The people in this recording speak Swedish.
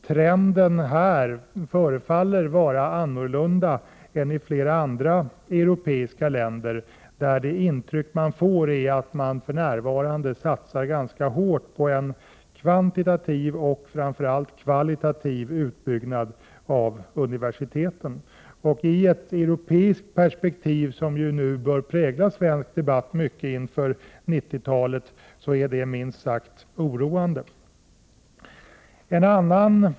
Trenden här förefaller vara annorlunda än i flera andra europeiska länder, där det för närvarande satsas ganska hårt på en kvantitativ och framför allt kvalitativ utbyggnad av universiteten. I ett europeiskt perspektiv - som ju bör prägla svensk debatt nu inför 90-talet — är detta minst sagt oroande.